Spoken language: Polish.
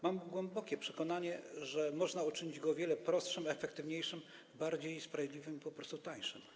Mam głębokie przekonanie, że można uczynić go o wiele prostszym, efektywniejszym, bardziej sprawiedliwym i po prostu tańszym.